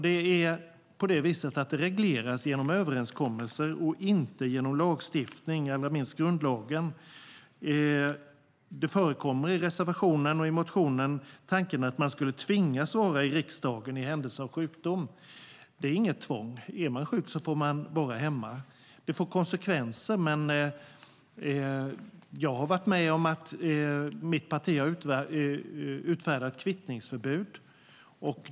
Det är på det viset att det regleras genom överenskommelser och inte genom lagstiftning, allra minst grundlagen. Det förekommer i reservationen och i motionen tanken att man skulle tvingas att vara i riksdagen i händelse av sjukdom. Det är inget tvång. Är man sjuk får man vara hemma. Det får konsekvenser. Men jag har varit med om att mitt parti har utfärdat kvittningsförbud.